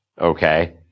okay